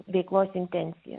veiklos intencija